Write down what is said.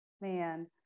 man